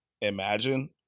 imagine